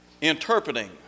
interpreting